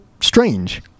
strange